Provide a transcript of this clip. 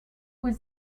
was